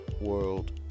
world